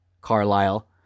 Carlisle